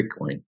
Bitcoin